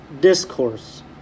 Discourse